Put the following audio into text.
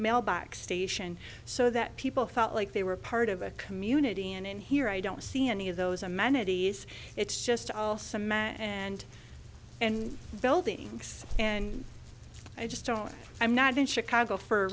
mailbox station so that people felt like they were part of a community and here i don't see any of those amenities it's just all cement and and buildings and i just don't i'm not in chicago for a